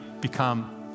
become